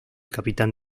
capitán